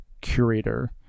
curator